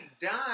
done